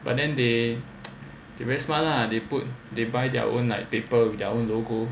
but then they they very smart lah they put they buy their own like paper with their own logo